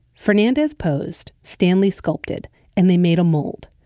fernandez posed stanly sculpted and they made a mold.